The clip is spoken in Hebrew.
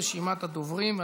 תמה אם כן רשימת הדוברים.